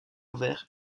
ouvert